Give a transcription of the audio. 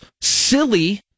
silly